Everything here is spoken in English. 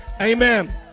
amen